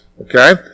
Okay